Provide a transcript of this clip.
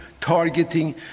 targeting